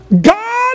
God